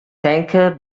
tanker